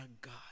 God